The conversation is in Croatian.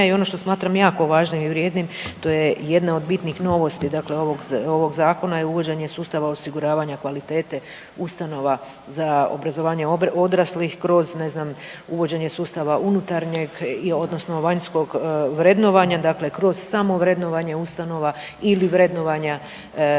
i ono što smatram jako važnim i vrijednim to je jedna od bitnih novosti ovog zakona je uvođenje sustava osiguravanja kvalitete ustanova za obrazovanje odraslih, kroz ne znam uvođenje sustava unutarnjeg odnosno vanjskog vrednovanja, dakle kroz samo vrednovanje ustanova ili vanjskog